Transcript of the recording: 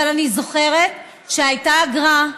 אבל אני זוכרת שהייתה אגרה,